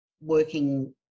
working